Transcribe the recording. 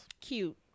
Cute